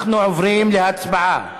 אנחנו עוברים להצבעה.